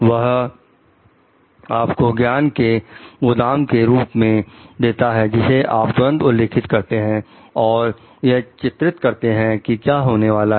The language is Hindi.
वह आपको ज्ञान के गोदाम के रूप में देता है जिसे आप तुरंत उल्लेखित करते हैं और यह चित्रित करते हैं कि क्या होने वाला है